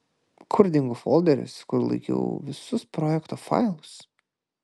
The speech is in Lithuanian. kur dingo folderis kur laikiau visus projekto failus